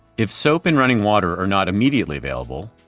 if soap and running water are not immediately available,